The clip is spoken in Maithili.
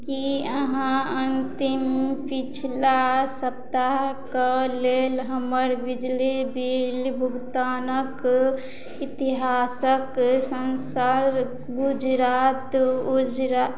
कि अहाँ अन्तिम पछिला सप्ताहके लेल हमर बिजली बिल भुगतानके इतिहासक सँसार गुजरात उजरा